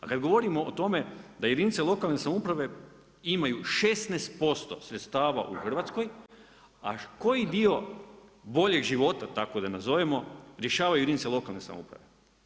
A kad govorimo o tome da jedinice lokalne samouprave imaju 16% sredstava u Hrvatskoj, a koji dio bolje života tako da nazovemo, rješavaju jedinice lokalne samouprave?